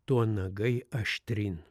tuo nagai aštryn